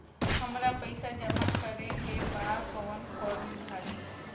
हमरा पइसा जमा करेके बा कवन फारम भरी?